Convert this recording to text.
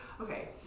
okay